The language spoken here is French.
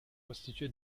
constitué